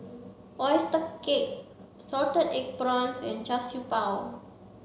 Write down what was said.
oyster cake salted egg prawns and char Siew Bao